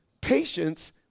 patience